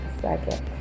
second